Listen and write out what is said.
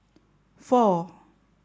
four